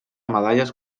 medalles